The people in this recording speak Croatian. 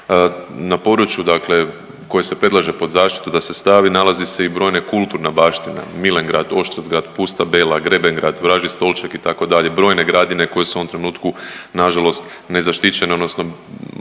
na području dakle koje se predlaže pod zaštitu da se stavi nalazi se i brojne kulturna baština, Milengrad, Oštrcgrad, Pusta Bela, Grebengrad, Vražji stolček itd. brojne gradine koje su u ovom trenutku nažalost nezaštićene odnosno